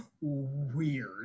weird